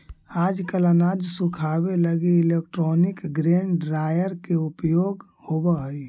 आजकल अनाज सुखावे लगी इलैक्ट्रोनिक ग्रेन ड्रॉयर के उपयोग होवऽ हई